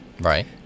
Right